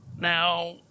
Now